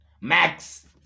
Max